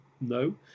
No